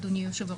אדוני היושב-ראש.